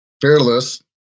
Fearless